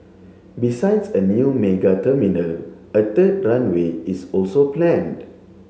besides a new mega terminal a third runway is also planned